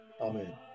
Amen